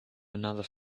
another